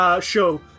show